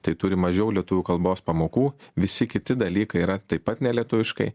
tai turi mažiau lietuvių kalbos pamokų visi kiti dalykai yra taip pat nelietuviškai